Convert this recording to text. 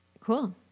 Cool